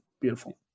beautiful